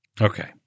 Okay